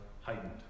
heightened